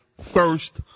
first